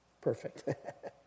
perfect